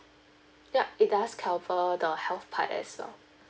ya it does cover the health part as well